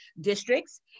districts